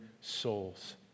souls